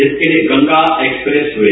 इसके लिए Ganga express way